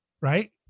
Right